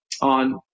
on